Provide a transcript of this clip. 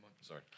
Sorry